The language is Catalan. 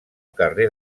carrer